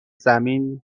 زمین